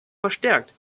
verstärkt